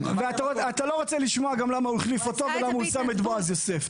ואתה לא רוצה לשמוע גם למה הוא החליף אותו ולמה הוא שם את בועז יוסף.